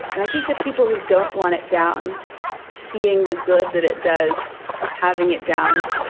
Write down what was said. and i think the people who don't want it down seeing the good that it does having it down,